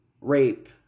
rape